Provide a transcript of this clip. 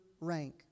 rank